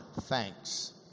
thanks